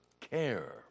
care